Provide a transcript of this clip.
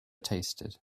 tasted